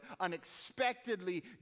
unexpectedly